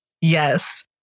Yes